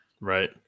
Right